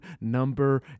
number